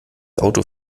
auto